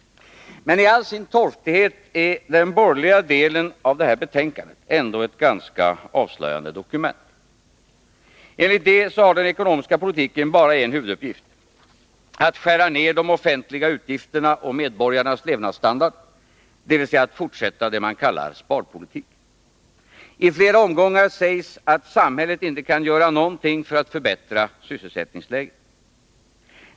Tall sin torftighet är den borgerliga delen av betänkandet ändå ett ganska avslöjande dokument. Enligt det har den ekonomiska politiken egentligen bara en huvuduppgift — att fortsätta att skära ner de offentliga utgifterna och medborgarnas levnadsstandard, dvs. att fortsätta det man kallar sparpolitik. I flera omgångar sägs att samhället inte kan göra någonting för att förbättra sysselsättningsläget.